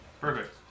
Perfect